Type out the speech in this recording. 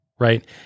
Right